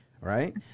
Right